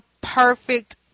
perfect